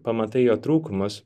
pamatai jo trūkumus